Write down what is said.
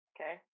Okay